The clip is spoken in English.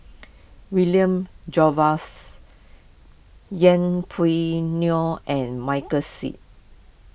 William Jervois Yeng Pway Ngon and Michael Seet